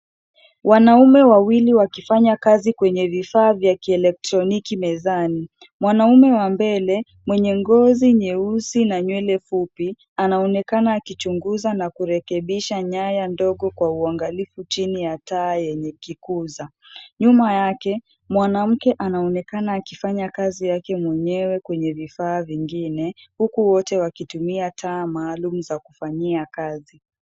Wanaume wawili wakufanya kazi kwenye vifaa vya kielektroniki mezani. Mwanamume wa mbele mwenye ngozi nyeusi na nywele fupi anaonekana akichunguza na kurekebisha nyaya ndogo kwa uangalifu chini ya taa yenye kikuza. Nyuma yake, mwanamke anaonekana akifanya kazi yake mwenyewe kwenye vifaa vingine huku wote wakitumia taa maalum za kufanyia kazi.